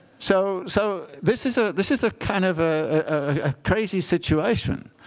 so so this is ah this is ah kind of ah a crazy situation.